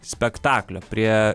spektaklio prie